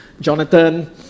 Jonathan